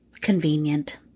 convenient